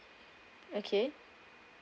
okay